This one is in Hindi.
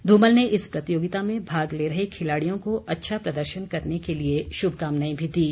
धूमल ने इस प्रतियोगिता में भाग ले रहे खिलाड़ियों को अच्छा प्रदर्शन करने के लिए शुभकामनाएं भी दीं